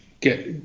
get